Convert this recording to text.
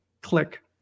click